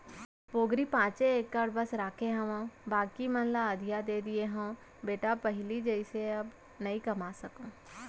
पोगरी पॉंचे एकड़ बस रखे हावव बाकी मन ल अधिया दे दिये हँव बेटा पहिली जइसे अब नइ कमा सकव